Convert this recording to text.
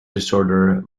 disorder